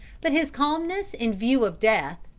but his calmness in view of death,